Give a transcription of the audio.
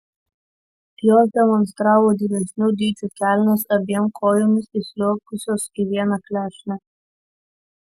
jos demonstravo didesnių dydžių kelnes abiem kojomis įsliuogusios į vieną klešnę